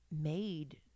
made